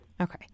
Okay